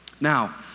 Now